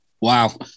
Wow